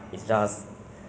ya I think